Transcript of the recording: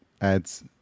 adds